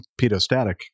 pedostatic